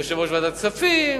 יושב-ראש ועדת כספים,